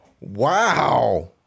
Wow